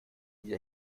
jeder